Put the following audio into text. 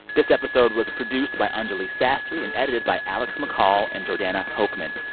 this episode was produced by anjuli sastry and edited by alex mccall and jordana hochman.